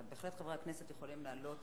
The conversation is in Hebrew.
אבל בהחלט חברי הכנסת יכולים לעלות